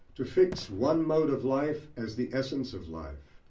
to fix one mode of life as the essence of life,